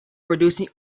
producing